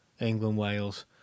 England-Wales